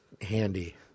handy